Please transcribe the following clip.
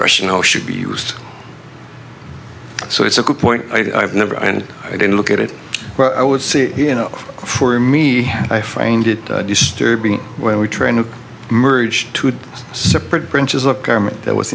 rationale should be used so it's a good point i've never and i don't look at it but i would say you know for me i find it disturbing when we trying to merge two separate branches of government that was